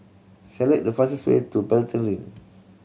select the fastest way to Pelton Link